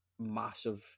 massive